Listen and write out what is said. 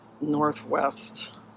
Northwest